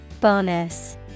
Bonus